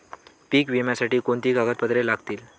पीक विम्यासाठी कोणती कागदपत्रे लागतील?